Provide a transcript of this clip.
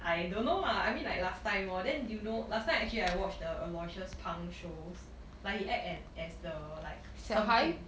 I don't know ah I mean like last time lor then you know last time I actually I watch the Aloysius Pang shows like he act as as the like 生病